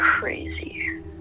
crazy